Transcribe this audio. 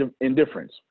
indifference